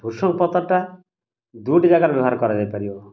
ଭୃସଙ୍ଗ ପତ୍ରଟା ଦୁଇଟି ଜାଗାରେ ବ୍ୟବହାର କରାଯାଇପାରିବ